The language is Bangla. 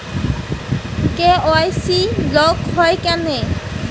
কে.ওয়াই.সি ব্লক হয় কেনে?